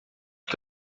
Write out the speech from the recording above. que